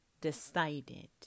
decided